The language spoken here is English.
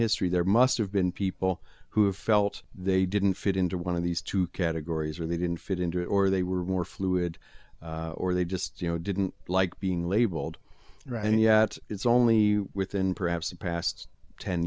history there must have been people who felt they didn't fit into one of these two categories where they didn't fit into or they were more fluid or they just you know didn't like being labeled right and yet it's only within perhaps the past ten